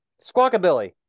Squawkabilly